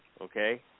okay